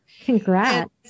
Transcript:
Congrats